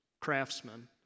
craftsman